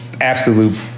absolute